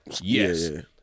Yes